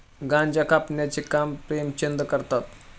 गांजा कापण्याचे काम प्रेमचंद करतात